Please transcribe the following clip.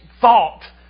thought